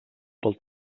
pel